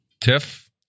Tiff